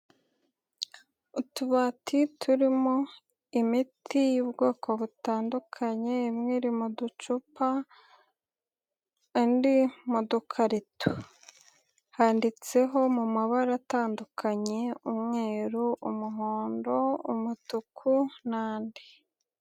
Utubati turimo imiti y'ubwoko butandukanye, imwe iri mu ducupa, andi mu dukarito handitseho mu mabara atandukanye umweru, umuhondo, umutuku n'andi.